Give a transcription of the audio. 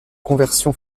conversion